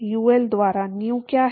UL द्वारा new क्या है